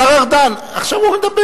השר ארדן, עכשיו הוא מדבר.